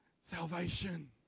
Salvation